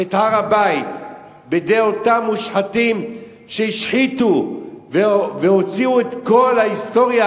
את הר-הבית בידי אותם מושחתים שהשחיתו והוציאו את כל ההיסטוריה